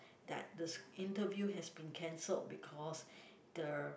that this interview has been cancelled because the